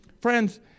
Friends